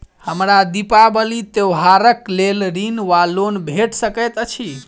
हमरा दिपावली त्योहारक लेल ऋण वा लोन भेट सकैत अछि?